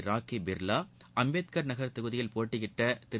ராக்கி பிர்வா அம்பேத்கர் நகர் தொகுதியில் போட்டியிட்ட திரு